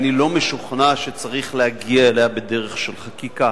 אני לא משוכנע שצריך להגיע אליה בדרך של חקיקה.